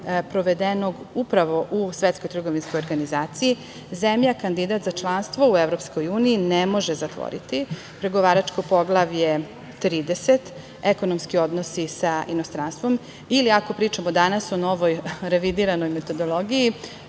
provedenog upravo u STO zemlja kandidat za članstvo u EU ne može zatvoriti pregovaračko Poglavlje 30 – ekonomski odnosi sa inostranstvom ili, ako pričamo danas o novoj revidiranoj metodologiji,